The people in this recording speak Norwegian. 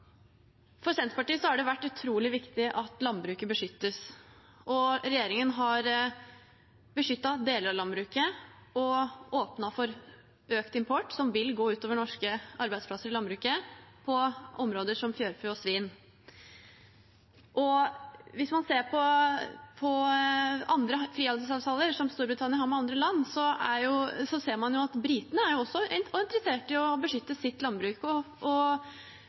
For Senterpartiet har det vært utrolig viktig at landbruket beskyttes. Regjeringen har beskyttet deler av landbruket, men åpnet for økt import, som vil gå ut over norske arbeidsplasser i landbruket på områder som fjørfe og svin. Hvis man ser på frihandelsavtaler som Storbritannia har med andre land, ser man at også britene er interessert i å beskytte sitt landbruk.